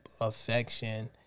affection